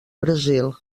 brasil